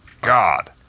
god